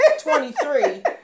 23